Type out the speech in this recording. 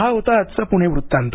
हा होता आजचा पूणे वृत्तांत